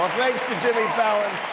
well, thanks to jimmy fallon,